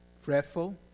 fretful